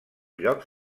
llocs